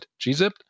GZIP